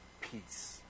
peace